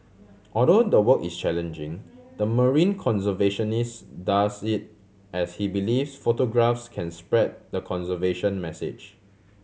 although the work is challenging the marine conservationist does it as he believes photographs can spread the conservation message